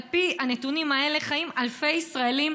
על פי הנתונים האלה חיים אלפי ישראלים,